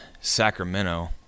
Sacramento